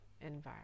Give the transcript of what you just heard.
environment